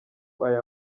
aya